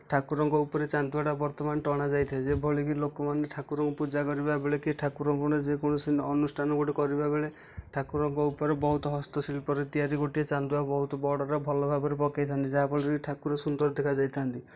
ଠାକୁରଙ୍କ ଉପରେ ଚାନ୍ଦୁଆଟା ବର୍ତ୍ତମାନ ଟଣା ଯାଇଥାଏ ଯେଉଁଭଳିକି ଲୋକମାନେ ଠାକୁରଙ୍କ ପୂଜା କରିବାବେଳେ କି ଠାକୁରଙ୍କୁ ଯେକୌଣସି ଅନୁଷ୍ଠାନ ଗୁଡ଼ିକ କରିବାବେଳେ ଠାକୁରଙ୍କ ଉପରେ ବହୁତ ହସ୍ତଶିଳ୍ପରେ ତିଆରି ଗୋଟିଏ ଚାନ୍ଦୁଆ ବହୁତ ବଡ଼ଟିଏ ଭଲ ଭାବରେ ପକେଇଥାନ୍ତି ଯାହାଫଳରେ କି ଠାକୁର ସୁନ୍ଦର ଦେଖା ଯାଇଥାଆନ୍ତି